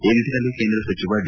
ಈ ನಿಟ್ಟನಲ್ಲಿ ಕೇಂದ್ರ ಸಚಿವ ಡಿ